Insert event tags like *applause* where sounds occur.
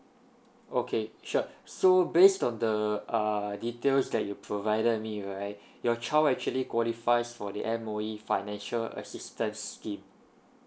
okay sure so based on the uh details that you provided me right *breath* your child actually qualifies for the M_O_E financial assistance scheme